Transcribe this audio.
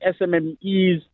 SMMEs